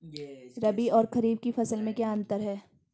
रबी और खरीफ की फसल में क्या अंतर है?